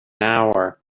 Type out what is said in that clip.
hour